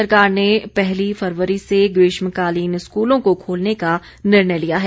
प्रदेश सरकार ने पहली फरवरी से ग्रीष्मकालीन स्कूलों को खोलने का निर्णय लिया है